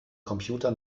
computer